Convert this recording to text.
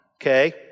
okay